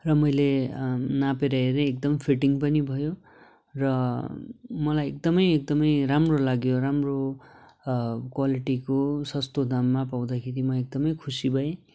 र मैले नापेर हेरेँ एकदम फिटिङ पनि भयो र मलाई एकदमै एकदमै राम्रो लाग्यो राम्रो क्वालिटीको सस्तो दाममा पाउँदाखेरि म एकदमै खुसी भएँ